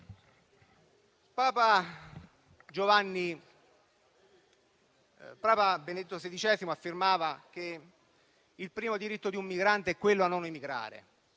Papa Benedetto XVI affermava che il primo diritto di un migrante è quello a non emigrare